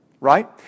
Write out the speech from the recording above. Right